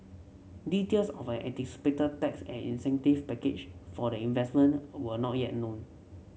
details of an anticipated tax and incentive package for the investment were not yet known